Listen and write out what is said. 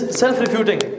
self-refuting